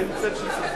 אין צל של ספק.